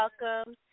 welcome